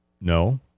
No